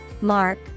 mark